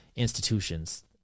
institutions